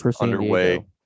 underway